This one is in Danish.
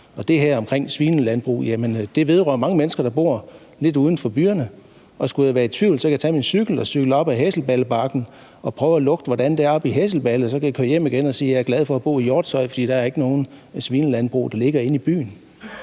Det her omkring svinelandbrug vedrører mange mennesker, der bor lidt uden for byerne. Og skulle jeg være i tvivl, kan jeg tage min cykel og cykle op ad Hesselballebakken og prøve at lugte, hvordan det er oppe i Hesselballe, og så kan jeg køre hjem igen og sige, at jeg er glad for at bo i Hjortshøj, fordi der ikke er nogen svinelandbrug, der ligger inde i byen.